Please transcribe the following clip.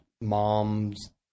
mom's